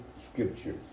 Scriptures